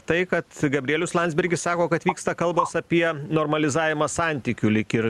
tai kad gabrielius landsbergis sako kad vyksta kalbos apie normalizavimą santykių lyg ir